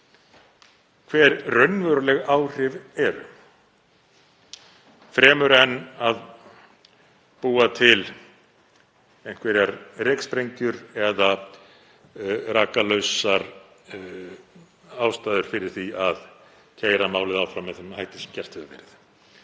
hver raunveruleg áhrif eru, fremur en að búa til einhverjar reyksprengjur eða rakalausar ástæður fyrir því að keyra málið áfram með þeim hætti sem gert hefur verið.